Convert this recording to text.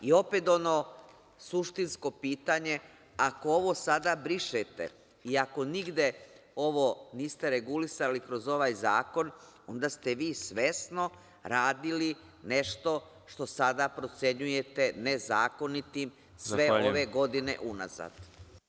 Opet ono suštinsko pitanje, ako ovo sada brišete i ako nigde ovo niste regulisali kroz ovaj zakon, onda ste vi svesno radili nešto što sada procenjujete nezakonitim sve ove godine unazad.